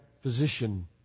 physician